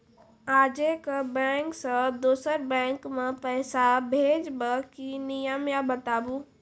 आजे के बैंक से दोसर बैंक मे पैसा भेज ब की नियम या बताबू?